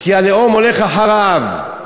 כי הלאום הולך אחר האב.